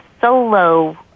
solo